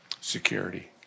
security